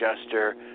adjuster